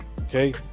Okay